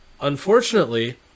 unfortunately